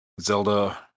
Zelda